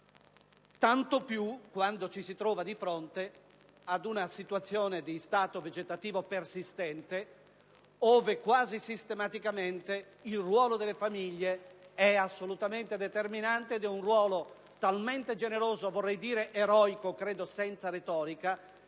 tanto più vero quando ci si trova di fronte ad una situazione di stato vegetativo persistente, ove quasi sistematicamente il ruolo delle famiglie è assolutamente determinante talmente generoso, vorrei dire eroico senza retorica,